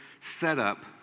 setup